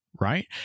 Right